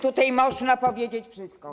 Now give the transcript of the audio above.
Tutaj można powiedzieć wszystko.